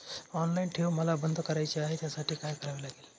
Online ठेव मला बंद करायची आहे, त्यासाठी काय करावे लागेल?